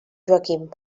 joaquim